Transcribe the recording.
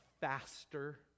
faster